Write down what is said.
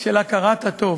של הכרת הטוב,